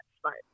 smart